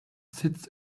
sits